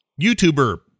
YouTuber